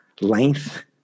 length